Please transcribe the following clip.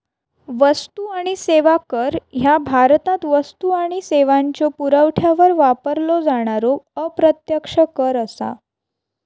वस्तू आणि सेवा कर ह्या भारतात वस्तू आणि सेवांच्यो पुरवठ्यावर वापरलो जाणारो अप्रत्यक्ष कर असा